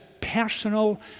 personal